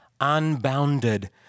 unbounded